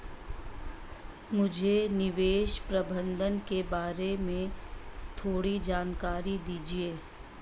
मुझे निवेश प्रबंधन के बारे में थोड़ी जानकारी दीजिए